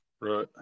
Right